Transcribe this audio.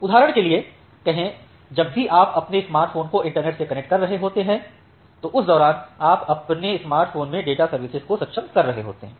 उदाहरण के लिए कहें जब भी आप अपने स्मार्टफोन को इंटरनेट से कनेक्ट कर रहे होते हैं तो उस दौरान आप अपने स्मार्टफोन में डेटा सर्विसेज को सक्षम कर रहे होते हैं